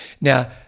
Now